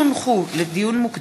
התשע"ה 2014,